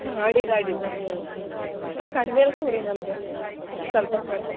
ಹಾಂ ಅಡ್ಡಿಲ್ಲ ಅಡ್ಡಿಲ್ಲ ಸ ಕಡ್ಮೆಲಿ ಕೊಡಿ ನಮಗೆ ಸ್ವಲ್ಪ ಕಡ್ಮೆ